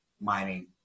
mining